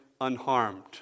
unharmed